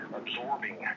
absorbing